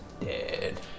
dead